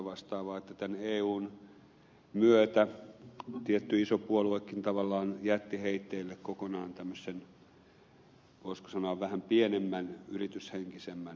tämän eun myötä tietty iso puoluekin tavallaan jätti heitteille kokonaan tämmöisen voisiko sanoa vähän pienemmän yrityshenkisemmän maatalousosaajajoukon